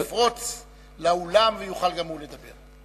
ויפרוץ לאולם ויוכל גם הוא לדבר.